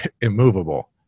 immovable